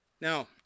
Now